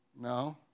No